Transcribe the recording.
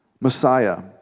messiah